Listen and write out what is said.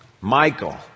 Michael